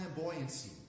flamboyancy